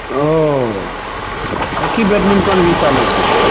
और hockey badminton भी चालू हो गया